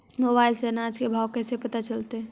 Mobile से अनाज के भाव कैसे पता चलतै?